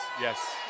Yes